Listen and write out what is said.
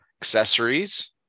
accessories